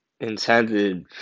intended